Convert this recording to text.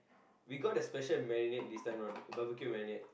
we got the special marinade this time round barbecue marinade